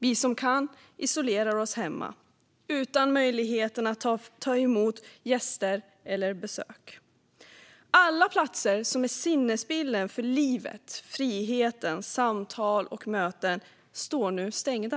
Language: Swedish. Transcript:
Vi som kan isolerar oss hemma, utan möjlighet att ta emot gäster eller besök. Alla platser som är sinnebilden för livet, friheten, samtal och möten står nu stängda.